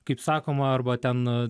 kaip sakoma arba ten